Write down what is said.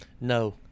No